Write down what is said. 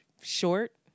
short